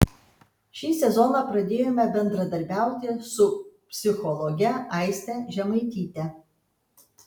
šį sezoną pradėjome bendradarbiauti su psichologe aiste žemaityte